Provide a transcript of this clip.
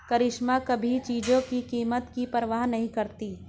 करिश्मा कभी चीजों की कीमत की परवाह नहीं करती